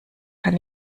kann